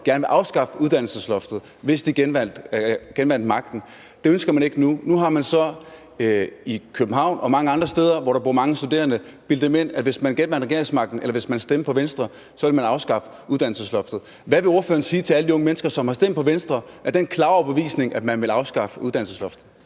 gerne vil afskaffe uddannelsesloftet, hvis de genvinder magten. Det ønsker man ikke nu. Nu har man i København og mange andre steder, hvor der bor mange studerende, så bildt dem ind, at hvis de stemte på Venstre og Venstre genvandt regeringsmagten, ville man afskaffe uddannelsesloftet. Hvad vil ordføreren sige til alle de unge mennesker, som har stemt på Venstre af den klare overbevisning, at man ville afskaffe uddannelsesloftet?